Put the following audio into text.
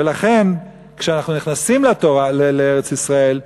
ולכן כשאנחנו נכנסים לארץ-ישראל,